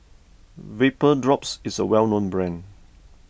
Vapodrops is a well known brand